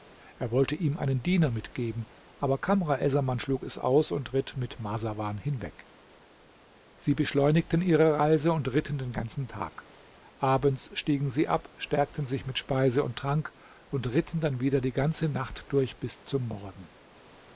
er wollte ihm einen diener mitgeben aber kamr essaman schlug es aus und ritt mit marsawan hinweg sie beschleunigten ihre reise und ritten den ganzen tag abends stiegen sie ab stärkten sich mit speise und trank und ritten dann wieder die ganze nacht durch bis zum morgen